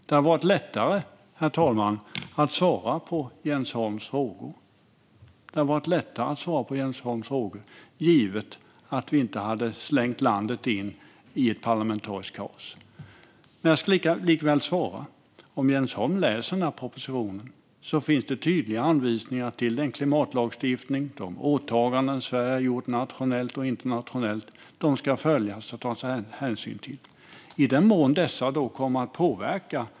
Det hade varit lättare, herr talman, att svara på Jens Holms frågor om vi inte hade slängt in landet i ett parlamentariskt kaos. Om Jens Holm läser propositionen ser han att det finns tydliga anvisningar om att den klimatlagstiftning och de åtaganden som Sverige har gjort nationellt och internationellt ska följas och tas hänsyn till.